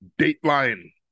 dateline